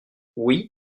oui